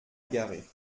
égaré